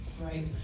right